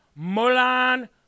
Mulan